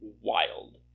wild